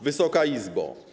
Wysoka Izbo!